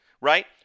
right